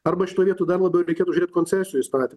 arba šitoj vietoj dar labiau reikėtų žiūrėti koncesijų įstatymą